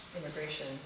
immigration